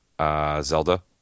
Zelda